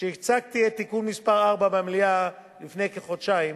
כשהצגתי את תיקון מס' 4 במליאה, לפני כחודשיים,